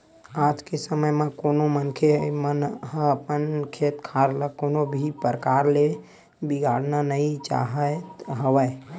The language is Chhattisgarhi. आज के समे म कोनो मनखे मन ह अपन खेत खार ल कोनो भी परकार ले बिगाड़ना नइ चाहत हवय